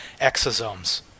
exosomes